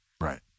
Right